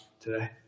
today